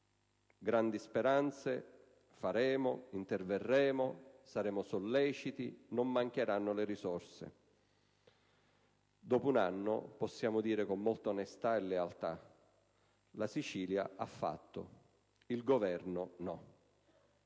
grandi speranze: «faremo, interverremo, saremo solleciti, non mancheranno le risorse...». Dopo un anno, possiamo dire con molta onestà e lealtà che la Sicilia ha fatto, il Governo no.